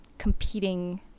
competing